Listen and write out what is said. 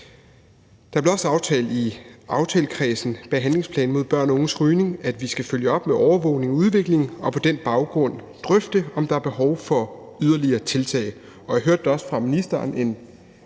Det blev også aftalt i aftalekredsen bag handlingsplanen mod børn og unges rygning, at vi skal følge op med overvågning og udvikling og på den baggrund drøfte, om der er behov for yderligere tiltag. Jeg hørte da også fra ministeren